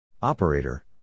Operator